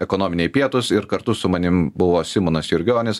ekonominiai pietūs ir kartu su manim buvo simonas jurgionis